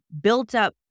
built-up